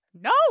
No